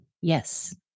yes